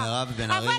תודה, מירב בן ארי.